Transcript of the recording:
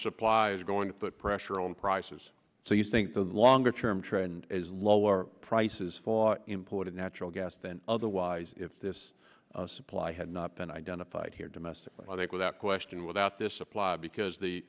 suppliers going to put pressure on prices so you think the longer term trend is lower prices for imported natural gas than otherwise if this supply had not been identified here domestically i think without question without this supply because the